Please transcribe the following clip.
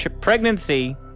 Pregnancy